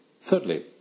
Thirdly